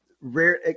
rare